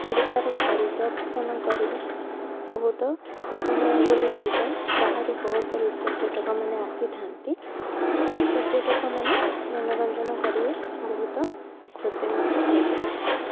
ଓଡିଶାର ପରିଦର୍ଶନ କରିବା ବହୁତ ସୁଖମୟ ବୋଲି ହୋଇଥାଏ ବାହାରୁ ବହୁତ ପର୍ଯ୍ୟଟକମାନେ ଆସିଥାନ୍ତି ପର୍ଯ୍ୟଟକମାନେ ମନୋରଞ୍ଜନ କରିବେ ବହୁତ ଖୁସି ମଧ୍ୟ ପାଇପାରିବେ